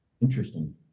Interesting